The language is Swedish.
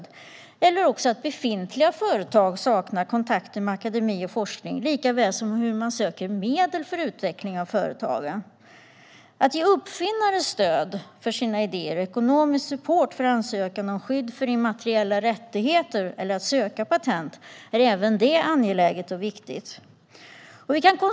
Det kan också vara så att befintliga företag saknar kontakter med akademi och forskning liksom inte vet hur man söker medel för utveckling av företagen. Att ge uppfinnare stöd till deras idéer och ekonomisk support till ansökan om skydd för immateriella rättigheter eller till att söka patent är också angeläget och viktigt.